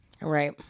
Right